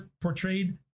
portrayed